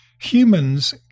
Humans